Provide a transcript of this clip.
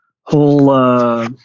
whole